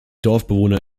dorfbewohner